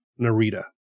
Narita